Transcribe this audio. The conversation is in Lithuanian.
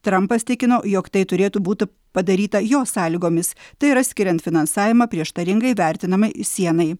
trampas tikino jog tai turėtų būti padaryta jo sąlygomis tai yra skiriant finansavimą prieštaringai vertinamai sienai